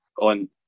on